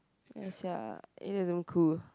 ya sia it is damn cool